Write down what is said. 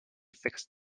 fixed